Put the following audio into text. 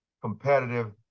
competitive